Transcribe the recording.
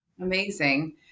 Amazing